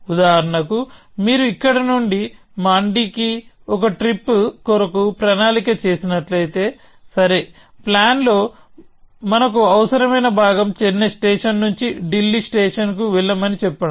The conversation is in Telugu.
ఉదాహరణకు మీరు ఇక్కడ నుండి మాండీకి ఒక ట్రిప్ కొరకు ప్రణాళిక చేస్తున్నట్లయితే సరే ప్లాన్ లో మనకు అవసరమైన భాగం చెన్నై స్టేషన్ నుంచి ఢిల్లీ స్టేషన్ కు వెళ్లమని చెప్పడం